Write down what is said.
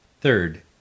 Third